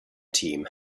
team